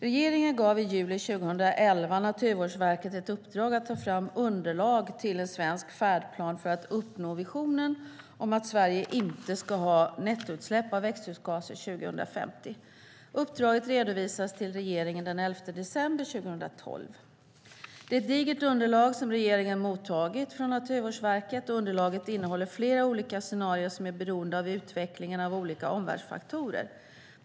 Regeringen gav i juli 2011 Naturvårdsverket ett uppdrag att ta fram underlag till en svensk färdplan för att uppnå visionen om att Sverige inte ska ha nettoutsläpp av växthusgaser 2050. Uppdraget redovisades till regeringen den 11 december 2012. Det är ett digert underlag som regeringen har mottagit från Naturvårdsverket. Underlaget innehåller flera olika scenarier som är beroende av utvecklingen av olika omvärldsfaktorer.